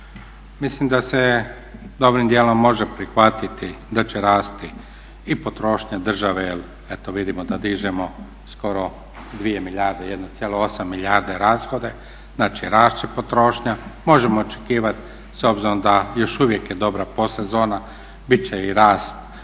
Mislim da se dobrim dijelom može prihvatiti da će rasti i potrošnja države, jer eto vidimo da dižemo skoro 2 milijarde, 1,8 milijardi rashoda. Znači, rast će potrošnja. Možemo očekivati s obzirom da još uvijek je dobra post sezona bit će i rast osobne